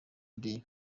day